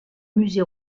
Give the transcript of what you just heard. musées